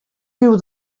riu